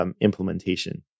implementation